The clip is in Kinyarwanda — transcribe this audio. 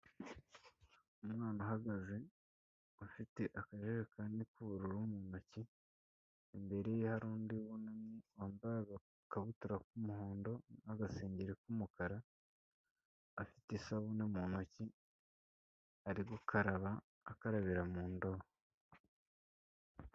Umwana uhagaze afite akajerekani k'ubururu mu ntoki, imbere ye hari undi wunamye wambaye agakabutura k'umuhondo, n'agasengeri k'umukara, afite isabune mu ntoki ari gukaraba, akarabira mu ndobo.